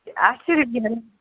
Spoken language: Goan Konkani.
आटशीं रुपया